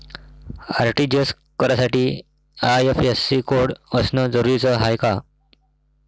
RTGS करासाठी IFSC code असनं जरुरीच हाय का?